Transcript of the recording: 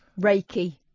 Reiki